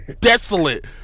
desolate